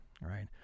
right